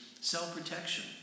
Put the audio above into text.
self-protection